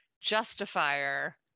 justifier